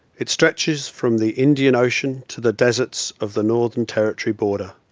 it stretches from the indian ocean, to the deserts of the northern territory border.